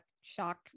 shock